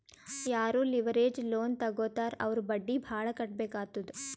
ಯಾರೂ leverage loan ತಗೋತ್ತಾರ್ ಅವ್ರು ಬಡ್ಡಿ ಭಾಳ್ ಕಟ್ಟಬೇಕ್ ಆತ್ತುದ್